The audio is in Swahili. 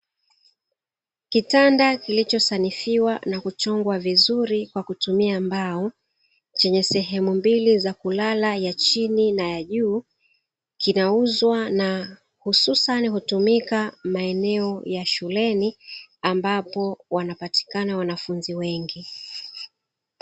Kitanda kilichosanifiwa na kuchongwa vizuri kwa kutumia mbao chenye sehemu mbili za kulala; ya chini na ya juu, kinauzwa. Na hususan hutumika maeneo ya shuleni ambapo wanapatika wanafunzi wengi.